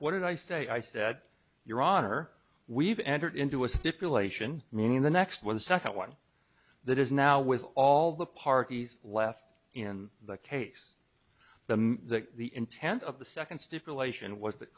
what did i say i said your honor we've entered into a stipulation meaning the next one the second one that is now with all the parties left in the case the that the intent of the second stipulation was that